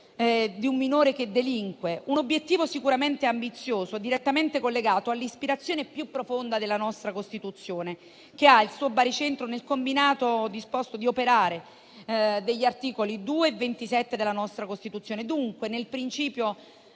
di un minore che delinque. È un obiettivo sicuramente ambizioso, direttamente collegato all'ispirazione più profonda della nostra Costituzione, che ha il suo baricentro nel combinato disposto degli articoli 2 e 27 della nostra Costituzione, dunque nel principio